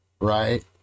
right